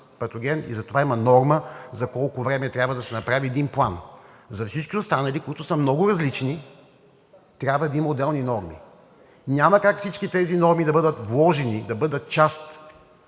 патоген и затова има норма за колко време трябва да се направи един план. За всички останали, които са много различни, трябва да има отделни норми. Няма как всички тези норми да бъдат вложени, да бъдат част